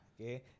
okay